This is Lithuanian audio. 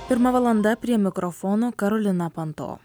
pirma valanda prie mikrofono karolina panto